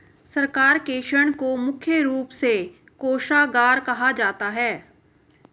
सरकार के ऋण को मुख्य रूप से कोषागार कहा जाता है